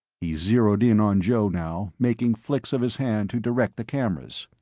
he zeroed in on joe now, making flicks of his hand to direct the cameras.